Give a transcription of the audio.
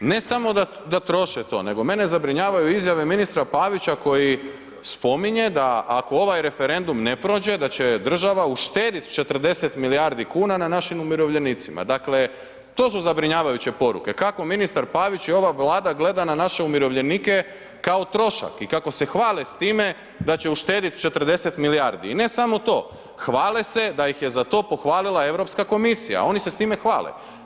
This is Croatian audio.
Ne samo da troše to nego mene zabrinjavaju izjave ministra Pavića koji spominje da ako ovaj referendum ako ne prođe, da će država uštedi 40 milijardi kuna na našim umirovljenicima, dakle to su zabrinjavajuće poruke, kako ministar Pavić i ova Vlada gleda na naše umirovljenike, kao trošak i kako se hvale s time da će uštedit 40 milijardi, i ne samo to, hvale se da ih je za to pohvalila Europska komisija, ono se s time hvale.